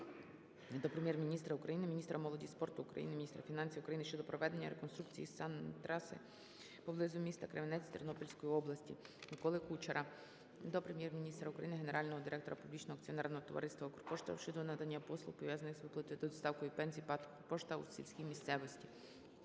до Прем'єр-міністра України, міністра молоді та спорту України, міністра фінансів України щодо проведення реконструкції санної траси поблизу міста Кременець Тернопільської області. Миколи Кучера до Прем'єр-міністра України, генерального директора Публічного акціонерного товариства "Укрпошта" щодо надання послуг, пов'язаних з виплатою та доставкою пенсій ПАТ "Укрпошта" у сільській місцевості.